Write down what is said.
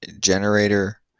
generator